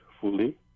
fully